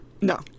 No